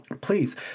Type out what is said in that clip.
Please